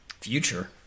Future